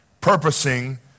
purposing